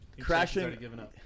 crashing